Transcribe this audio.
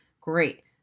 great